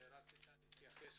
נציג המשטרה.